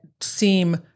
seem